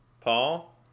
Paul